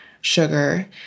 sugar